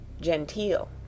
genteel